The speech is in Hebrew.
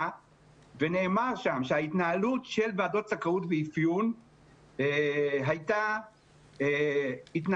ונאמר שם שההתנהלות של ועדות זכאות ואפיון הייתה התנהלות